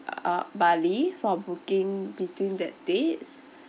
uh bali for booking between that dates